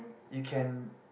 you can